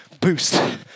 boost